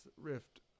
Rift